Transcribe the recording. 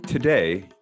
Today